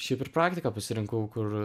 šiaip ir praktiką pasirinkau kur